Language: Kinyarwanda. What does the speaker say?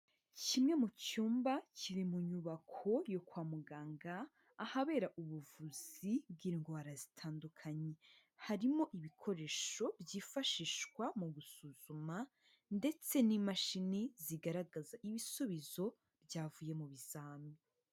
Kimwe mu cyumba kiri mu nyubako yo kwa muganga, ahabera ubuvuzi bw'indwara zitandukanye. Harimo ibikoresho byifashishwa mu gusuzuma ndetse n'imashini zigaragaza ibisubizo byavuye mu bizami.